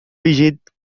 بجد